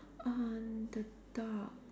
uh the dog